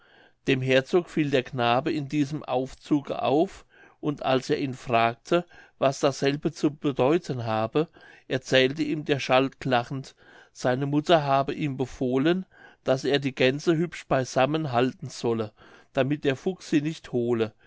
dem herzog fiel der knabe in diesem aufzuge auf und als er ihn fragte was derselbe zu bedeuten habe erzählte ihm der schalk lachend seine mutter habe ihm befohlen daß er die gänse hübsch beisammen halten solle damit der fuchs sie nicht hole